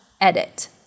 edit